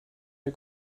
der